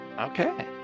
Okay